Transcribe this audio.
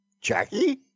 Jackie